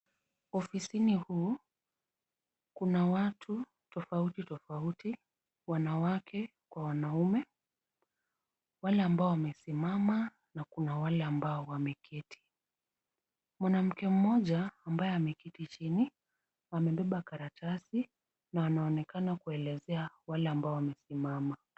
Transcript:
Ofisini huu, kuna watu tofauti tofauti, wanawake kwa wanaume, wale ambao wamesimama na kuna wale ambao wameketi. Mwanamke mmoja ambaye ameketi chini, amebeba karatasi na anaonekana kuelezea wale ambao wamesimama.